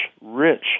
rich